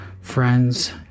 friends